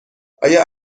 آیا